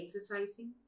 exercising